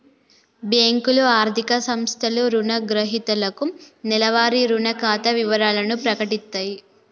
బ్యేంకులు, ఆర్థిక సంస్థలు రుణగ్రహీతలకు నెలవారీ రుణ ఖాతా వివరాలను ప్రకటిత్తయి